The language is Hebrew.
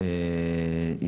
בבקשה,